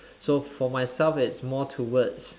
so for myself it's more towards